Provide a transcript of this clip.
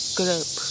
group